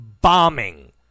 bombing